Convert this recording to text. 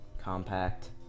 compact